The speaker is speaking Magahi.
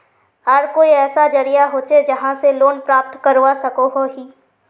आर कोई ऐसा जरिया होचे जहा से लोन प्राप्त करवा सकोहो ही?